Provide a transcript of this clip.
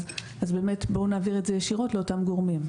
אז בואו נעביר את זה ישירות לאותם גורמים.